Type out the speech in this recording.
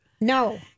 No